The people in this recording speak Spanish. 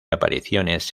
apariciones